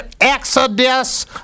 Exodus